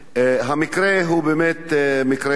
המקרה הוא באמת מקרה,